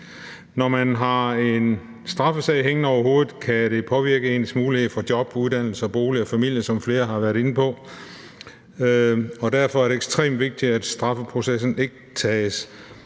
Når man har en straffesag hængende over hovedet, kan det påvirke ens muligheder for job, uddannelse, bolig og familie, som flere har været inde på. Derfor er det ekstremt vigtigt, at straffeprocessen ikke tager